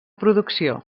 producció